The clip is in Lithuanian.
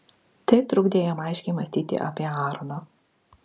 tai trukdė jam aiškiai mąstyti apie aaroną